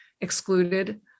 excluded